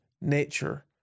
nature